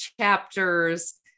chapters